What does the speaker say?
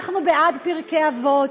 אנחנו בעד פרקי אבות,